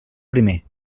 primer